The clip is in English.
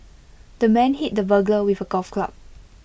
the man hit the burglar with A golf club